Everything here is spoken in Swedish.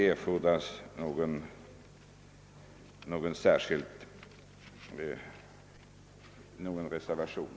Jag har inget särskilt yrkande.